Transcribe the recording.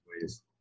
ways